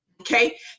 okay